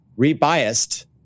rebiased